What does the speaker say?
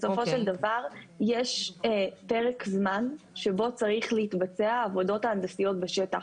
בסופו של דבר יש פרק זמן שבו צריכות להתבצע העבודות ההנדסיות בשטח.